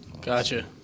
Gotcha